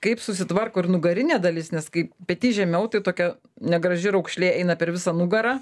kaip susitvarko ir nugarinė dalis nes kai petys žemiau tai tokia negraži raukšlė eina per visą nugarą